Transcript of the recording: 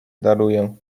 daruję